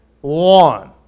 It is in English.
one